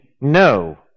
no